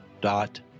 dot